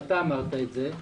ואתה אמרת את זה,